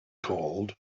called